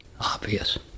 obvious